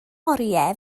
oriau